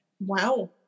Wow